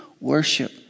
worship